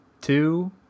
two